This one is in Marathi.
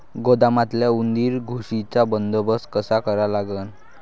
गोदामातल्या उंदीर, घुशीचा बंदोबस्त कसा करा लागन?